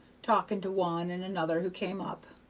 talking to one and another who came up,